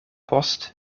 post